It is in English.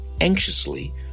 anxiously